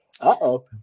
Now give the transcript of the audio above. Uh-oh